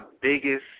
biggest